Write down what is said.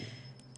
את הגנים